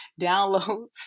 downloads